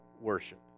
worship